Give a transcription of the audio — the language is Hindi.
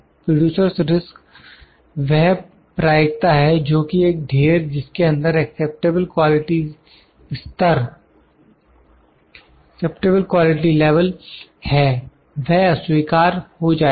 प्रोड्यूसरस् रिस्क producer's risk वह प्रायिकता है जोकि एक ढेर जिसके अंदर एक्सेप्टेबल क्वालिटी स्तर है वह अस्वीकार हो जाएगा